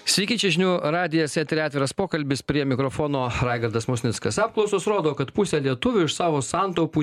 sveiki čia žinių radijas eteryje atviras pokalbis prie mikrofono raigardas musnickas apklausos rodo kad pusė lietuvių iš savo santaupų